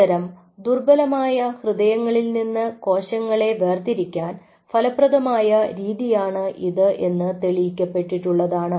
ഇത്തരം ദുർബലമായ ഹൃദയങ്ങളിൽ നിന്ന് കോശങ്ങളെ വേർതിരിക്കാൻ ഫലപ്രദമായ രീതിയാണ് ഇത് എന്ന് തെളിയിക്കപ്പെട്ടിട്ടുള്ളതാണ്